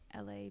la